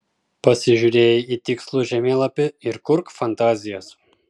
pasižiūrėjai į tikslų žemėlapį ir kurk fantazijas